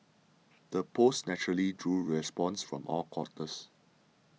the post naturally drew responses from all quarters